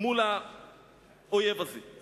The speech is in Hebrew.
מול האויב הזה.